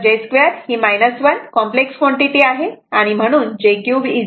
तर j 2 1 ही complex quantity आहे